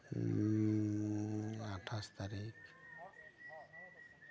ᱟᱴᱷᱟᱥ ᱛᱟᱨᱤᱠᱷ